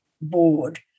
board